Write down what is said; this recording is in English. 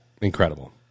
incredible